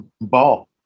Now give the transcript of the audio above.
ball